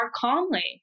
calmly